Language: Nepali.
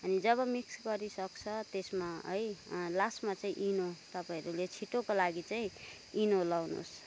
अनि जब मिक्स गरिसक्छ त्यसमा है लास्टमा चाहिँ इनो तपाईँहरूले छिटोको लागि चाहिँ इनो लाउनुहोस्